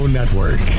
Network